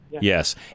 Yes